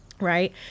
right